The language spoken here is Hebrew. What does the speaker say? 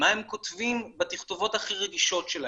מה הם כותבים בתכתובות הכי רגישות שלהם.